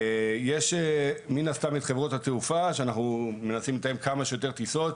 יש מן הסתם את חברות התעופה שאנחנו מנסים לתאם כמה שיותר טיסות,